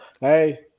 Hey